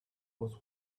was